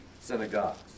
synagogues